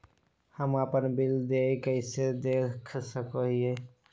हम अपन बिल देय कैसे देख सको हियै?